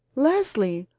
leslie,